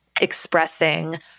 expressing